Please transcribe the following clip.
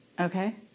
Okay